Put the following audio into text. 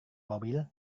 mobil